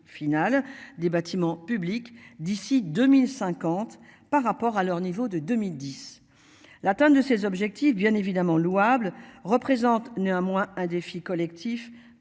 finale des bâtiments publics d'ici 2050 par rapport à leur niveau de 2010. L'atteinte de ces objectifs bien évidemment louable représente néanmoins un défi collectif